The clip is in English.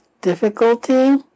Difficulty